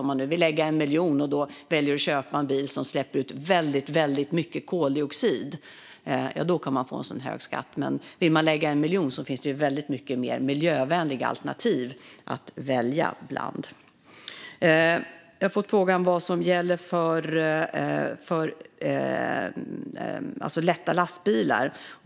Om man vill lägga 1 miljon och då väljer att köpa en bil som släpper ut väldigt mycket koldioxid kan man få en så hög skatt, men vill man lägga 1 miljon finns det ju väldigt många mer miljövänliga alternativ att välja bland. Jag har också fått frågan vad som gäller för lätta lastbilar.